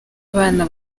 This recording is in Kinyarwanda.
abana